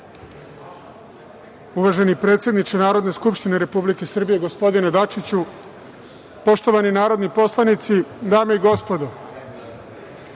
Uvaženi predsedniče Narodne skupštine Republike Srbije, gospodine Dačiću, poštovani narodni poslanici, dame i gospodo,